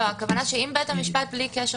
הכוונה שאם בית המשפט חושב בלי קשר